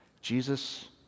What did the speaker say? Jesus